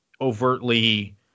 overtly